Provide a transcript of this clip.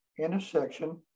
intersection